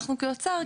אנחנו כאוצר,